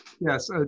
Yes